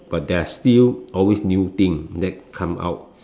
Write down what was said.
but there are still always new thing that come out